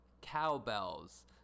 Cowbells